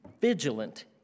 vigilant